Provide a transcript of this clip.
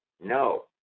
No